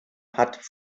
hat